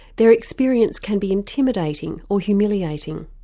their experience can be intimidating or humiliating.